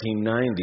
1990